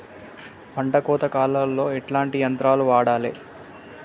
పంట కోత కాలాల్లో ఎట్లాంటి యంత్రాలు వాడాలే?